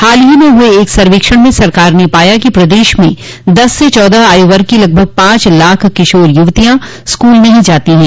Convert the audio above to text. हाल में हुए एक सर्वेक्षण में सरकार ने पाया कि प्रदेश में दस से चौदह आयु वर्ग की लगभग पांच लाख किशोर युवतियां स्कूल नहीं जाती है